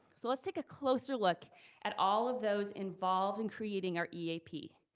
so let's take a closer look at all of those involved in creating our eap.